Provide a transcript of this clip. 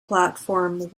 platform